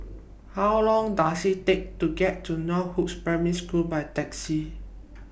How Long Does IT Take to get to Northoaks Primary School By Taxi